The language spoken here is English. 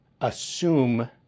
assume